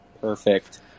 Perfect